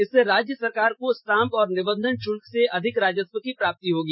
इससे राज्य सरकार को स्टाप और निबंधन शुल्क से अधिक राजस्व की प्राप्ति होगी